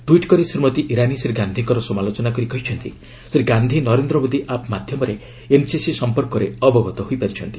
tweet କରି ଶ୍ରୀମତୀ ଇରାନୀ ଶ୍ରୀ ଗାନ୍ଧିଙ୍କର ସମାଲୋଚନା କରି କହିଛନ୍ତି ଶ୍ରୀ ଗାନ୍ଧି ନରେନ୍ଦ୍ର ମୋଦି ଆପ୍ ମାଧ୍ୟମରେ ଏନ୍ସିସି ସଂପର୍କରେ ଅବଗତ ହୋଇପାରିଛନ୍ତି